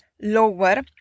lower